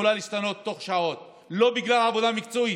יכולה להשתנות תוך שעות, לא בגלל עבודה מקצועית,